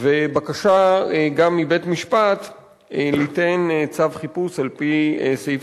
ובקשה גם מבית-המשפט ליתן צו חיפוש על-פי סעיף